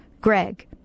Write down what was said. Greg